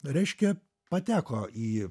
reiškia pateko į